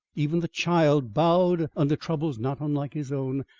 even the child bowed under troubles not unlike his own,